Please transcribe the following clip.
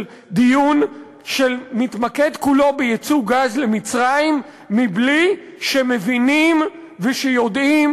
של דיון שמתמקד כולו בייצוא גז למצרים מבלי שמבינים ויודעים